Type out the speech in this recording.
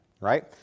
right